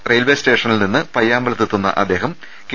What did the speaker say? railway സ്റ്റേഷനിൽ നിന്ന് പയ്യാമ്പലത്തെത്തുന്ന അദ്ദേഹം കെ